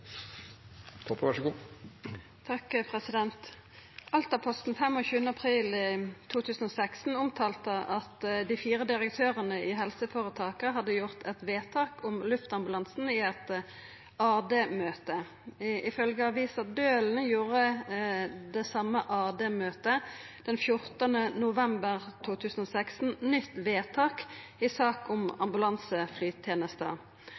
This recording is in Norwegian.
april 2016 omtalte at dei fire direktørane i helseføretaka hadde gjort eit vedtak om luftambulansen i eit AD-møte. Ifølgje avisa Dølen gjorde det same AD-møtet den 14. november 2016 nytt vedtak i sak om